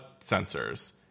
sensors